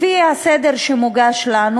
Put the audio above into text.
לפי הסדר שמוגש לנו,